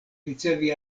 ricevi